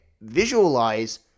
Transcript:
visualize